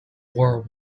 war